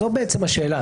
זו בעצם השאלה.